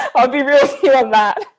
ah i'll be real clear on that.